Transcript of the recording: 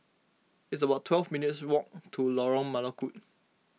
it's about twelve minutes' walk to Lorong Melukut